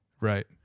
Right